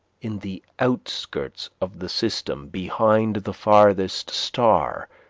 in the outskirts of the system, behind the farthest star,